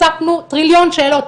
הצפנו טריליון שאלות.